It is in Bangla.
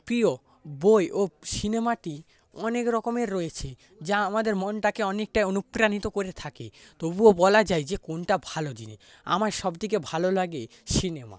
প্রিয় বই ও সিনেমাটি অনেক রকমের রয়েছে যা আমাদের মনটাকে অনেকটাই অনুপ্রাণিত করে থাকে তবুও বলা যায় যে কোনটা ভালো জিনিস আমার সব থেকে ভালো লাগে সিনেমা